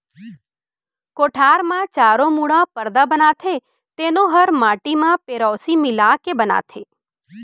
कोठार म चारों मुड़ा परदा बनाथे तेनो हर माटी म पेरौसी मिला के बनाथें